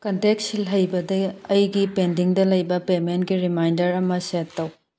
contact ꯁꯤꯜꯍꯩꯕꯗ ꯑꯩꯒꯤ ꯄꯦꯟꯗꯤꯡꯗ ꯂꯩꯕ ꯄꯦꯃꯦꯟꯒꯤ ꯔꯤꯃꯥꯏꯟꯗꯔ ꯑꯃ ꯁꯦꯠ ꯇꯧ